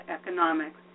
economics